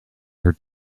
her